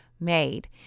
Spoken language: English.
made